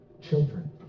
children